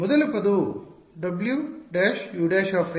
ಆದ್ದರಿಂದ ಮೊದಲ ಪದವು w′u′ ಮೈನಸ್ ಆಗಿದೆ